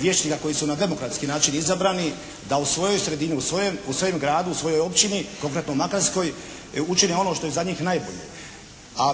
vijećnika koji su na demokratski način izabrani, da u svojoj sredini, u svojem gradu, u svojoj općini, konkretno Makarskoj učine ono što je za njih najbolje. A